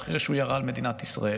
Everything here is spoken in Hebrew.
ואחרי שהוא ירה על מדינת ישראל,